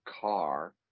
car